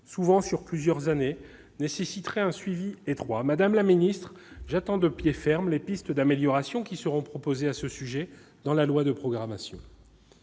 souvent sur plusieurs années, nécessiterait un suivi étroit. Madame la ministre, j'attends de pied ferme les pistes d'amélioration qui seront proposées à cet égard dans le projet de loi de programmation.